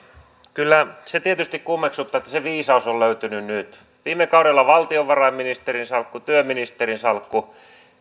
kyllä se tietysti kummeksuttaa että se viisaus on löytynyt nyt viime kaudella oli valtiovarainministerin salkku työministerin salkku